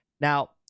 Now